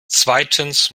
zweitens